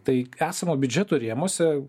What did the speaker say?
tai esamo biudžeto rėmuose